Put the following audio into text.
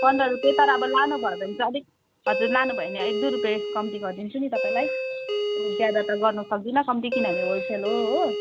पन्ध्र रुपियाँ तर अब लानु भयो भने चाहिँ अलिक हजुर लानु भयो भने एकदुई रुपियाँ कम्ती गरिदिन्छु नि तपाईँलाई ज्यादा त गर्नु सक्दिनँ कम्ती किनभने होलसेल हो हो